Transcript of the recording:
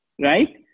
right